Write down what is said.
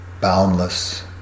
boundless